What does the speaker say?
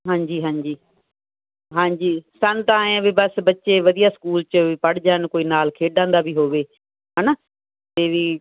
ਹਾਂਜੀ ਹਾਂਜੀ ਹਾਂਜੀ ਸਾਨੂੰ ਤਾਂ ਐਂ ਆ ਵੀ ਬਸ ਬੱਚੇ ਵਧੀਆ ਸਕੂਲ 'ਚ ਵੀ ਪੜ੍ਹ ਜਾਣ ਕੋਈ ਨਾਲ ਖੇਡਾਂ ਦਾ ਵੀ ਹੋਵੇ ਹੈ ਨਾ ਅਤੇ ਵੀ